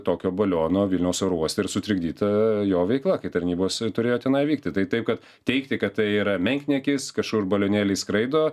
tokio baliono vilniaus oro uoste ir sutrikdyta jo veikla kai tarnybos turėjo tenai vykti tai taip kad teigti kad tai yra menkniekis kažkur balionėliai skraido